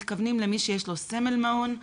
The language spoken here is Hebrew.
מתכוונים למי שיש לו סמל מעון,